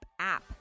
app